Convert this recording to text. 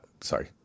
sorry